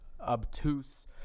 Obtuse